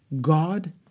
God